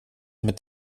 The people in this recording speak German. mit